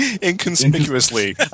Inconspicuously